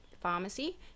pharmacy